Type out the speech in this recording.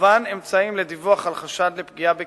מגוון אמצעים לדיווח על חשד לפגיעה בקטינים,